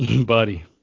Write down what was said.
Buddy